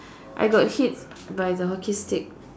I got hit by the hockey stick